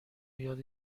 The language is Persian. یاد